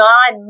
God